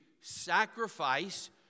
sacrifice